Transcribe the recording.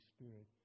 Spirit